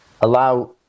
allow